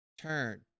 turn